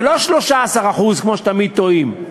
זה לא 13%, כמו שתמיד טועים,